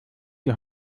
die